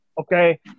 okay